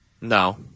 No